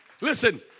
Listen